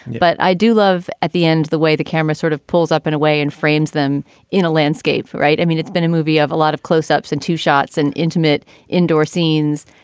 but i do love at the end the way the camera sort of pulls up in a way and frames them in a landscape. right. i mean, it's been a movie of a lot of close ups and two shots and intimate indoor scenes.